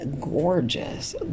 gorgeous